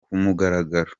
kumugaragaro